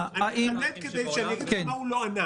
--- אני אחדד כדי שאני אגיד לך על מה הוא לא ענה.